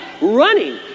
running